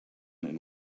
and